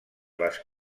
les